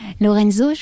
Lorenzo